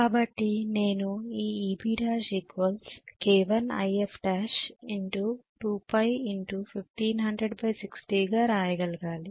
కాబట్టి నేను ఈ Ebl గా వ్రాయగలగాలి